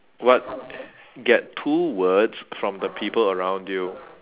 what get two words from the people around you